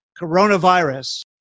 coronavirus